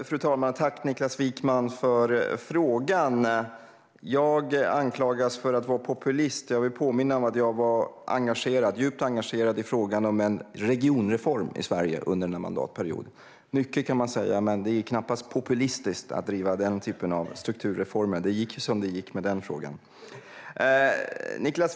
Fru talman! Tack, Niklas Wykman, för frågan! Jag anklagas för att vara populist. Jag vill påminna om att jag var djupt engagerad i frågan om en regionreform i Sverige under denna mandatperiod. Mycket kan man säga, men det är knappast populistiskt att driva den typen av strukturreformer. Och det gick ju som det gick med den frågan.